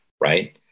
right